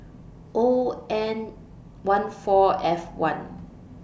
O N one four F one